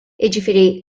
jiġifieri